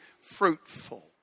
fruitful